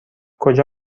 کجا